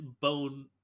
bone